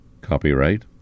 Copyright